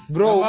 Bro